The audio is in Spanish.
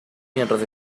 mientras